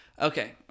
Okay